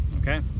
okay